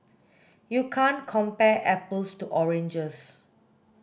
you can't compare apples to oranges